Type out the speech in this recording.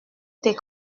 tes